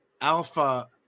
Alpha